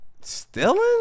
Stealing